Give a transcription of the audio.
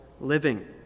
living